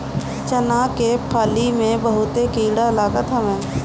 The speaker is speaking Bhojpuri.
चना के फली में बहुते कीड़ा लागत हवे